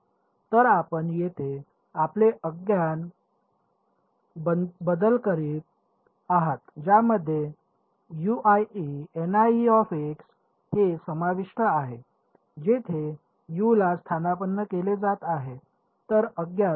तर आपण येथे आपले अज्ञात बदल करीत आहात ज्यामध्ये हे समाविष्ट आहे जेथे U ला स्थानापन्न केले जात आहे